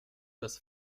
das